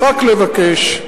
רק לבקש,